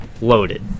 loaded